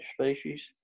species